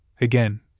again